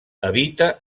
habita